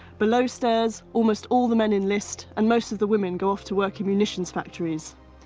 below stairs, almost all the men enlist and most of the women go off to work in munitions factories.